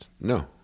No